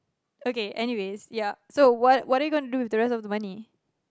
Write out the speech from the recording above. okay anyways ya so what what are you gonna do with the rest of the money